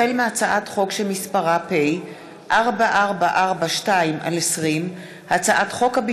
החל בהצעת חוק פ/4442/20 וכלה בהצעת חוק פ/4480/20,